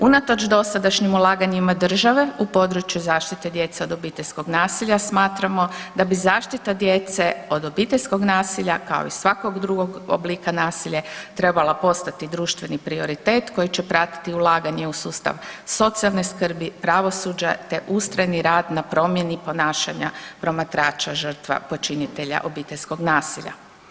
Unatoč dosadašnjim ulaganjima države u području zaštite djece od obiteljskog nasilja smatramo da bi zaštita djece od obiteljskog nasilja kao i svakog drugog oblika nasilja trebala postati društveni prioritet koji će pratiti ulaganje u sustav socijalne skrbi, pravosuđe te ustrajni rad na promjeni ponašanja promatrača žrtva počinitelja obiteljskog nasilja.